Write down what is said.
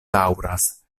daŭras